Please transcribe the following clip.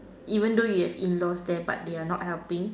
even though you have in laws there but they are not helping